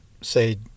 say